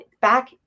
back